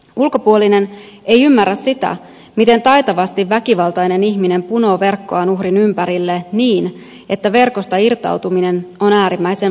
ulkopuolinen ei ymmärrä sitä miten taitavasti väkivaltainen ihminen punoo verkkoaan uhrin ympärille niin että verkosta irtautuminen on äärimmäisen vaikeaa